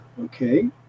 okay